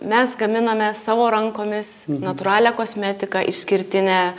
mes gaminame savo rankomis natūralią kosmetiką išskirtinę